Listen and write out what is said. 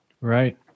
Right